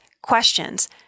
questions